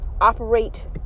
operate